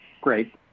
Great